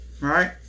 right